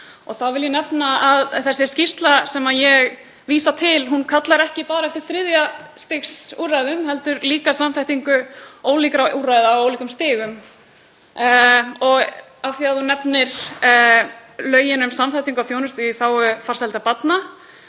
Þá vil ég nefna að þessi skýrsla sem ég vísa til kallar ekki bara eftir þriðja stigs úrræðum heldur líka samþættingu ólíkra úrræða á ólíkum stigum. En af því að ráðherra nefnir lögin um samþættingu þjónustu í þágu farsældar barna